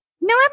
No